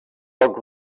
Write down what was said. toc